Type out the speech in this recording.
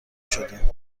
شدیم